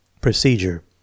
Procedure